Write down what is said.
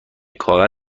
غذا